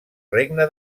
regne